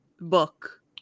book